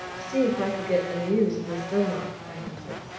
to see if i could get any news of miss dunlop, i answered.